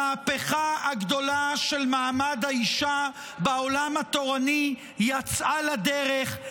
המהפכה הגדולה של מעמד האישה בעולם התורני יצאה לדרך.